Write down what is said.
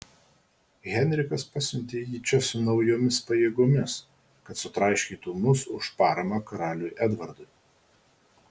henrikas pasiuntė jį čia su naujomis pajėgomis kad sutraiškytų mus už paramą karaliui edvardui